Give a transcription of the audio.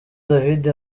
david